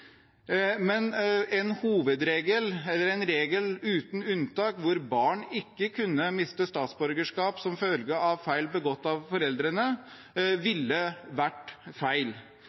Men en regel uten unntak hvor barn ikke kunne miste statsborgerskapet som følge av feil begått av foreldrene, ville vært feil.